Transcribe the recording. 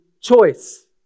choice